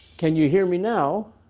can you hear me now?